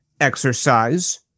exercise